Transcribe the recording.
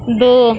دو